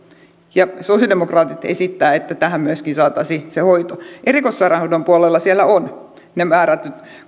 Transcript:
sosiaalidemokraatit esittää että tähän myöskin saataisiin se hoito erikoissairaanhoidon puolella on ne määrätyt